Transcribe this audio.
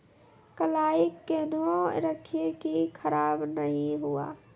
कलाई केहनो रखिए की खराब नहीं हुआ?